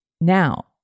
Now